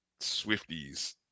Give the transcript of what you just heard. Swifties